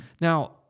Now